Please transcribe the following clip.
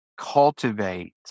cultivate